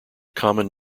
common